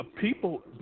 people